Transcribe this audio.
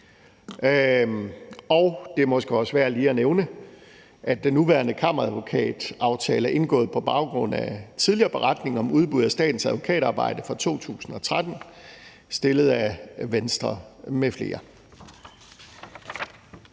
Og det er måske også værd lige at nævne, at den nuværende kammeradvokataftale er indgået på baggrund af en tidligere beretning om udbud af statens advokatarbejde fra 2013 lavet af Venstre m.fl.